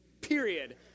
period